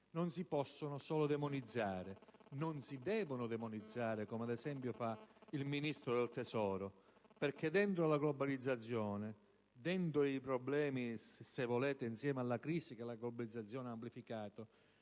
non si possono solo demonizzare. Non si devono demonizzare, come, ad esempio, fa il Ministro del tesoro, perché dentro la globalizzazione, dentro i problemi e, se volete, insieme alla crisi che la globalizzazione ha amplificato,